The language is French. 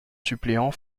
suppléants